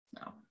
No